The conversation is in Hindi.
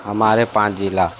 हमारे पाँच ज़िले